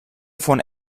von